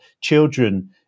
children